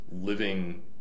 Living